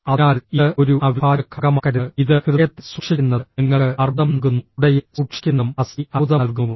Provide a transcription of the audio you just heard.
അതിനാൽ ഇത് ഒരു അവിഭാജ്യ ഘടകമാക്കരുത് ഇത് ഹൃദയത്തിൽ സൂക്ഷിക്കുന്നത് നിങ്ങൾക്ക് അർബുദം നൽകുന്നു തുടയിൽ സൂക്ഷിക്കുന്നതും അസ്ഥി അർബുദം നൽകുന്നു